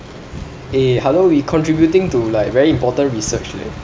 eh hello we contributing to like very important research leh